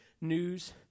news